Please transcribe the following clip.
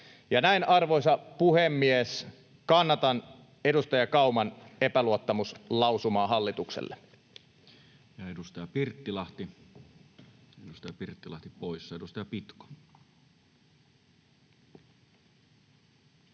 näin, arvoisa puhemies, kannatan edustaja Kauman epäluottamuslausumaa hallitukselle.